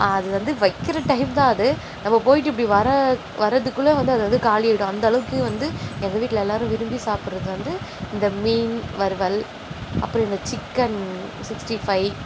அது வந்து வைக்கிற டைம் தான் அது நம்ம போய்ட்டு இப்படி வர வரதுக்குள்ளே வந்து அது வந்து காலியாகிடும் அந்த அளவுக்கு வந்து எங்கள் வீட்டில் எல்லோரும் விரும்பி சாப்பிட்றது வந்து இந்த மீன் வறுவல் அப்புறம் இந்த சிக்கன் சிக்ஸ்டி ஃபை